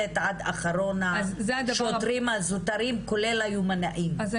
לא בתקופה הקרובה ולא בחודשים הבאים אלא מה התהליך ומה